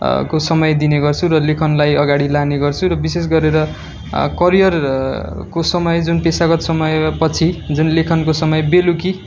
को समय दिने गर्छु र लेखनलाई अगाडि लाने गर्छु र विशेष गरेर करियरको समय जुन पेसागत समय पछि जुन लेखनको समय बेलुकी